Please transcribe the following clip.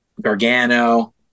gargano